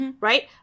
right